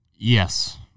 Yes